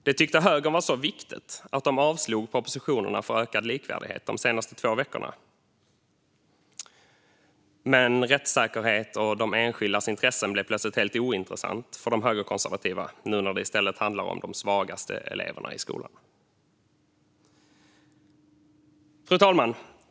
Det tyckte högern var så viktigt att de avslog propositionerna för ökad likvärdighet de senaste två veckorna, men rättssäkerhet och enskildas intressen blev plötsligt helt ointressant för de högerkonservativa nu när det i stället handlar om de svagaste eleverna i skolan. Fru talman!